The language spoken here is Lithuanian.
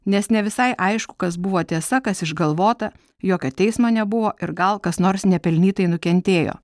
nes ne visai aišku kas buvo tiesa kas išgalvota jokio teismo nebuvo ir gal kas nors nepelnytai nukentėjo